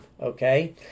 okay